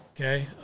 Okay